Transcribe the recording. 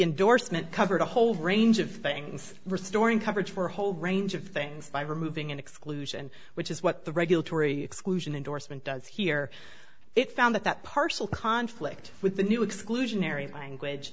indorsement covered a whole range of things restoring coverage for a whole range of things by removing an exclusion which is what the regulatory exclusion indorsement does here it found that that parcel conflict with the new exclusionary language